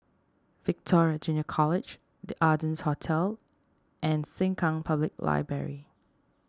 Victoria Junior College the Ardennes Hotel and Sengkang Public Library